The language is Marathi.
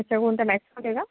अच्छ कोणता का